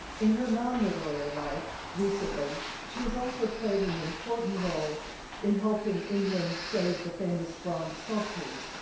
in her non-literary life, recently, she has also played an and important role in helping england save the famous bronze sculptures,